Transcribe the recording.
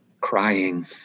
crying